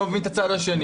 אני לא מבין את הצד השני.